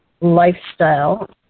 lifestyle